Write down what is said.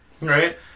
Right